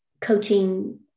coaching